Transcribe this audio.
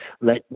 Let